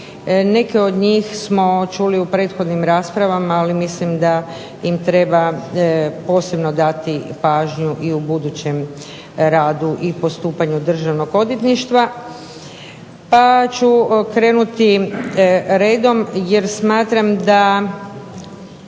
neke od njih smo čuli u prethodnim raspravama ali mislim da im treba posebno dati pažnju i u budućem radu i postupanju Državnog odvjetništva. Pa ću krenuti redom jer smatram da